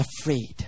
afraid